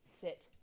Sit